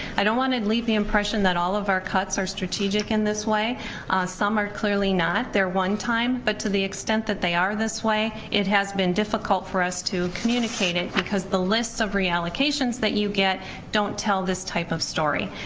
i don't wanna leave the impression that all of our cuts are strategic in this. some are clearly not. they're one time, but to the extent that they are this way, it has been difficult for us to communicate it, because the list of reallocations that get don't tell this type of story.